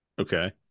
Okay